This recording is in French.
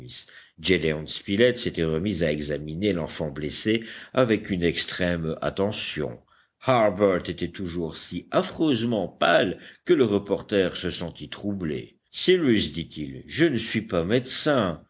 s'était remis à examiner l'enfant blessé avec une extrême attention harbert était toujours si affreusement pâle que le reporter se sentit troublé cyrus dit-il je ne suis pas médecin